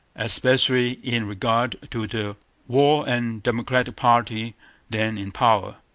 especially in regard to the war-and-democratic party then in power.